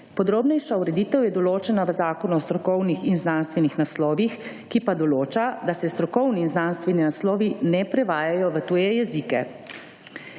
Podrobnejša ureditev je določana v zakonu o strokovnih in znanstvenih naslovih, ki pa določa, da se strokovni in znanstveni naslovi ne prevajajo v tuje jezike.